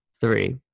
Three